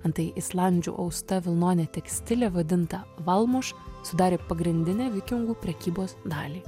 antai islandžių austa vilnone tekstilė vadinta valmuš sudarė pagrindinę vikingų prekybos dalį